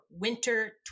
winter